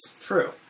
true